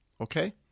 Okay